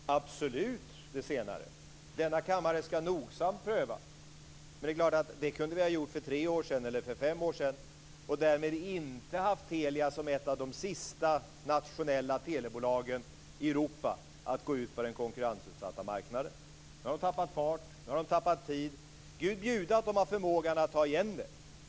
Fru talman! Jag håller absolut med om det senare. Denna kammare ska nogsamt pröva saken. Det kunde vi ha gjort för tre år sedan eller för fem år sedan och därmed inte haft Telia som ett av de sista nationella telebolagen i Europa att gå ut på den konkurrensutsatta marknaden. Nu har Telia tappat fart och tid. Gud bjude att Telia har förmågan att ta igen det.